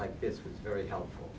like this was very helpful